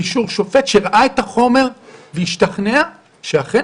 באישור שופט שראה את החומר והשתכנע שאכן